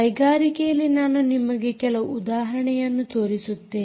ಕೈಗಾರಿಕೆಯಲ್ಲಿ ನಾನು ನಿಮಗೆ ಕೆಲವು ಉದಾಹರಣೆಯನ್ನು ತೋರಿಸುತ್ತೇನೆ